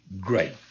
great